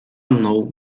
mną